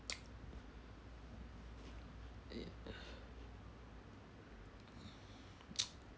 yeah